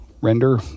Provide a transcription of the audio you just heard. render